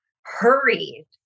hurried